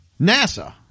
NASA